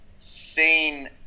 seen